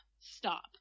Stop